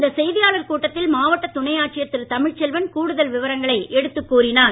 இந்த செய்தியாளர் கூட்டத்தில் மாவட்ட துணை ஆட்சியர் திரு தமிழ்ச்செல்வன் கூடுதல் விவரங்களை எடுத்துக் கூறினார்